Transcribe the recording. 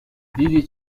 دیدی